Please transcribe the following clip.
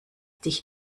dich